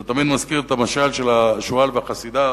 זה תמיד מזכיר את המשל של השועל והחסידה